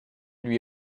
lui